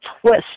twist